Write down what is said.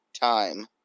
time